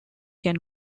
can